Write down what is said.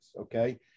okay